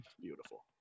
beautiful